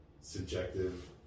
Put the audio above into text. subjective